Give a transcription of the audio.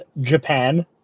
japan